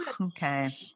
okay